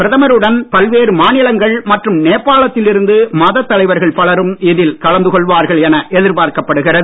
பிரதமருடன் பல்வேறு மாநிலங்கள் மற்றும் நேபாளத்தில் இருந்து மத தலைவர்கள் பலரும் இதில் கலந்து கொள்வார்கள் என எதிர்பார்க்கப்படுகிறது